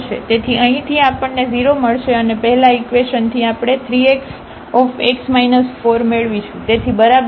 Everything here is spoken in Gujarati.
તેથી અહીંથી આપણને 0 મળશે અને પહેલા ઇકવેશન થી આપણે 3x મેળવીશું તેથી બરાબર છે